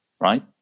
Right